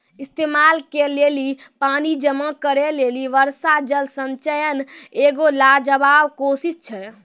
इस्तेमाल के लेली पानी जमा करै लेली वर्षा जल संचयन एगो लाजबाब कोशिश छै